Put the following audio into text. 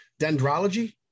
dendrology